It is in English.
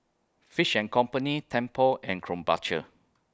Fish and Company Tempur and Krombacher